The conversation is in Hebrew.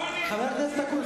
חבר הכנסת אקוניס,